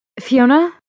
Fiona